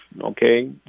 Okay